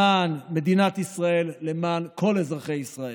למען מדינת ישראל, למען כל אזרחי ישראל.